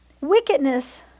Wickedness